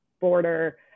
border